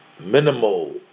minimal